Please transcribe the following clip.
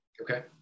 Okay